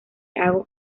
hago